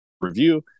review